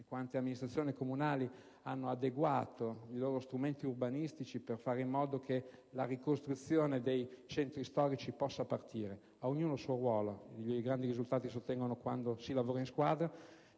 e quante amministrazioni comunali hanno adeguato i loro strumenti urbanistici per fare in modo che la ricostruzione dei centri storici possa partire. Ad ognuno il suo ruolo. I grandi risultati si ottengono quando si lavora in squadra.